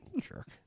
Jerk